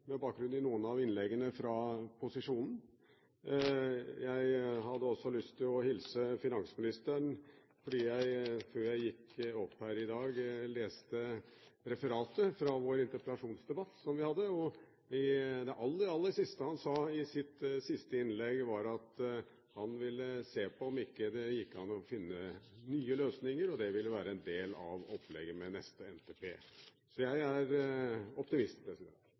med bakgrunn i noen av innleggene fra posisjonen. Jeg hadde også lyst til å hilse finansministeren fordi jeg før jeg gikk opp her i dag, leste referatet fra den interpellasjonsdebatten vi hadde, og det aller, aller siste han sa i sitt siste innlegg, var at han ville se på om det ikke gikk an å finne nye løsninger, og det ville være en del av opplegget ved neste NTP. Så jeg er optimist.